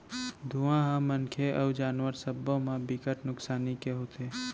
धुंआ ह मनखे अउ जानवर सब्बो म बिकट नुकसानी के होथे